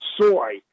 soy